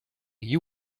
you